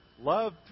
love